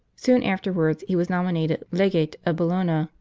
soon afterwards he was nominated legate of bologna,